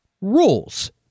rules